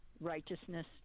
righteousness